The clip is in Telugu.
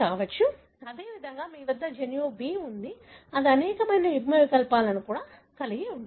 అదేవిధంగా మీ వద్ద జన్యువు B ఉంది అది అనేక యుగ్మవికల్పాలను కూడా కలిగి ఉంటుంది